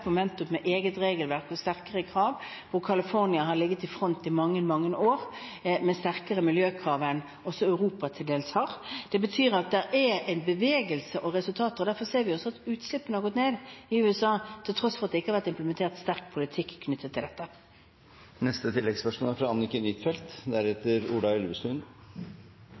med eget regelverk og strengere krav, hvor California har ligget i front i mange, mange år med til dels strengere miljøkrav enn Europa har. Det betyr at det er en bevegelse og resultater, og derfor ser vi også at utslippene har gått ned i USA, til tross for at det ikke har vært implementert sterk politikk knyttet til dette. Anniken Huitfeldt – til neste oppfølgingsspørsmål. I en tid som denne er